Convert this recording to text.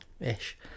ish